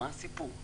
מה הסיפור?